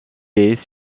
est